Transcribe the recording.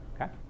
Okay